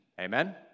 Amen